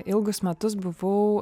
ilgus metus buvau